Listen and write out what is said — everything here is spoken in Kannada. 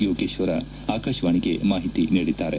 ಯೋಗೇಕ್ವರ ಆಕಾಶವಾಣಿಗೆ ಮಾಹಿತಿ ನೀಡಿದ್ದಾರೆ